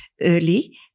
early